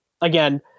again